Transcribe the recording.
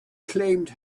claimed